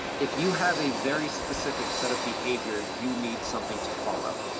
if you have a very specific set of behavior, you need something to follow.